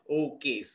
okay